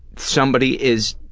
somebody is